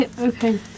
Okay